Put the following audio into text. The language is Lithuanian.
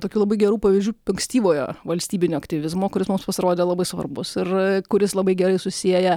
tokių labai gerų pavyzdžių ankstyvojo valstybinio aktyvizmo kuris mums pasirodė labai svarbus ir kuris labai gerai susieja